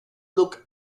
look